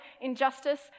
injustice